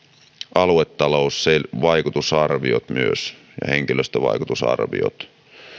aluetalousvaikutusarviot ja henkilöstövaikutusarviot